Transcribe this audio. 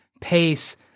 pace